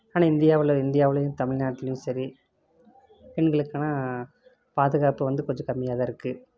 ஆனால் இந்தியாவில் இந்தியாவிலையும் தமிழ்நாட்டிலையும் சரி பெண்களுக்கான பாதுகாப்பு வந்து கொஞ்சம் கம்மியாக தான் இருக்குது